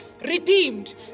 redeemed